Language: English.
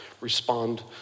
respond